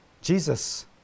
Jesus